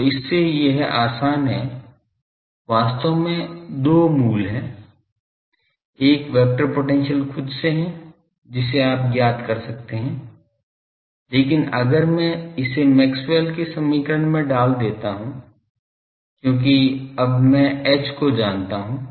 तो इससे यह आसान है वास्तव में दो मूल हैं एक वेक्टर पोटेंशियल खुद से है जिसे आप ज्ञात कर सकते हैं लेकिन अगर मैं इसे मैक्सवेल के समीकरण में डाल देता हूँ क्योंकि अब मैं H को जानता हूं